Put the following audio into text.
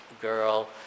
girl